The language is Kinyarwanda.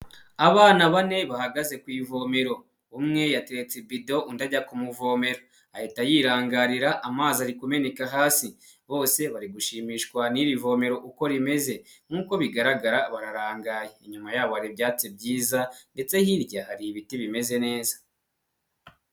Abana bane bahagaze ku ivomero, umwe yateretse ibdo undi ajya kumuvomera ahita yirangarira amazi ari kumeneka hasi, bose bari gushimishwa n'iri vomero uko rimeze, nkuko bigaragara bararangaye, inyuma yabo hari ibyatsi byiza ndetse hirya hari ibiti bimeze neza.